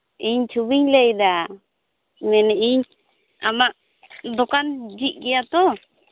ᱤᱧ ᱪᱷᱚᱵᱤᱧ ᱞᱟᱹᱭᱫᱟ ᱢᱮᱱᱮᱫᱟᱹᱧ ᱟᱢᱟᱜ ᱫᱚᱠᱟᱱ ᱡᱷᱤᱡ ᱜᱮᱭᱟ ᱛᱚ